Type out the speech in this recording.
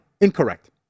Incorrect